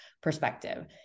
perspective